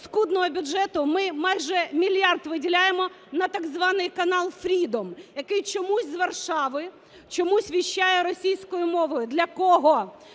скудного бюджету ми майже мільярд виділяємо на так званий канал "Freeдом", який чомусь з Варшави чомусь віщає російською мовою – для кого?